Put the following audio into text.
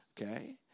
okay